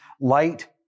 light